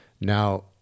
Now